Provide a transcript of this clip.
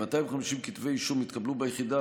כ-250 כתבי אישום התקבלו ביחידה,